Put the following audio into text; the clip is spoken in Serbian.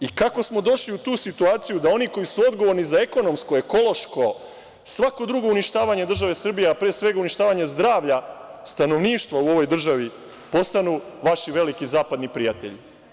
I kako smo došli u tu situaciju da oni koji su odgovorni za ekonomsko, ekološko i svako drugo uništavanje države Srbije, a pre svega uništavanje zdravlja stanovništva u ovoj državi, postanu vaši veliki zapadni prijatelji?